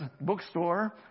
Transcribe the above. bookstore